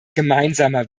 gemeinsamer